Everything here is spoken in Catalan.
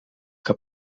que